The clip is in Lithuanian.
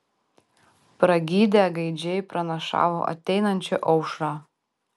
pragydę gaidžiai pranašavo ateinančią aušrą